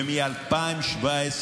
ומ-2017,